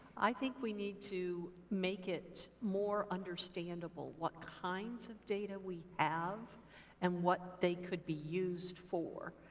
i think we need to make it more understandable what kinds of data we have and what they could be used for.